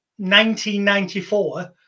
1994